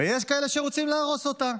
ויש כאלה שרוצים להרוס אותה.